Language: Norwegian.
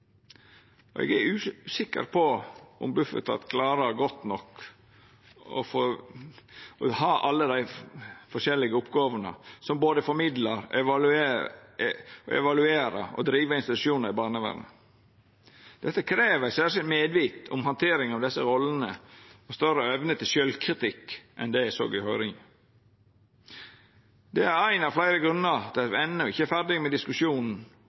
er usikker på om Bufetat godt nok klarar å ha alle dei forskjellige oppgåvene, både å formidla, evaluera og driva institusjonar i barnevernet. Det krev eit særskilt medvit om handtering av desse rollene og større evne til sjølvkritikk enn det eg såg i høyringa. Det er ein av fleire grunnar til at me enno ikkje er ferdige med diskusjonen